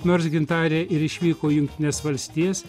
nors gintarė ir išvyko į jungtines valstijas